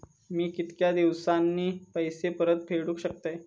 मी कीतक्या दिवसांनी पैसे परत फेडुक शकतय?